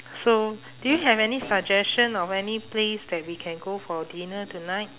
so do you have any suggestion of any place that we can go for dinner tonight